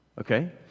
Okay